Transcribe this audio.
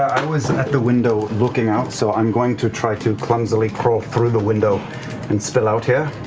was at the window looking out. so i'm going to try to clumsily crawl through the window and spill out here.